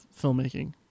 filmmaking